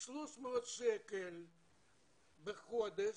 300 שקל בחודש,